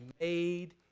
made